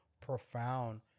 profound